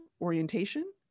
orientation